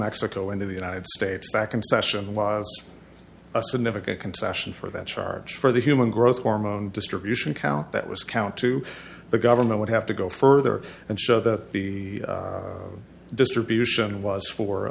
mexico into the united states back in session was a significant concession for that charge for the human growth hormone distribution count that was count two the government would have to go further and show that the distribution was for